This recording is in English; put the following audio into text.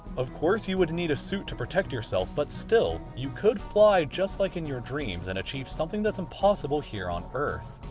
of course you would need a suit to protect yourself, but still, you could fly just like in your dreams and achieve something that's impossible here on earth.